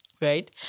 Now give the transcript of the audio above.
Right